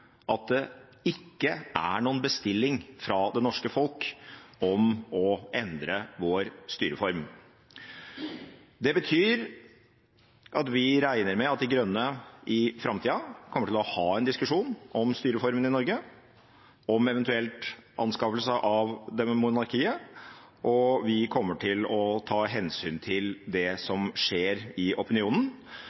at det ikke er noen bestilling fra det norske folk om å endre vår styreform. Det betyr at vi regner med at De Grønne i framtida kommer til å ha en diskusjon om styreformen i Norge, om eventuelt avskaffelse av monarkiet, og vi kommer til å ta hensyn til det som skjer i opinionen.